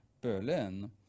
Berlin